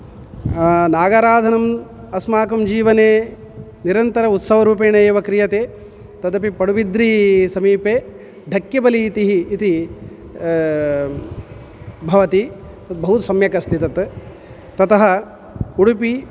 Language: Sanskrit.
नागाराधनम् अस्माकं जीवने निरन्तर उत्सवरूपेण एव क्रियते तदपि पडुविद्रीसमीपे ढक्किबलिः इति इति भवति बहु सम्यक् अस्ति तत् ततः उडुपी